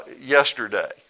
yesterday